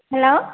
hello